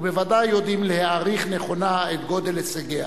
ובוודאי יודעים להעריך נכונה את גודל הישגיה.